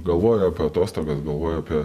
galvoju apie atostogas galvojau apie